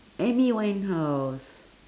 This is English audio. amy-winehouse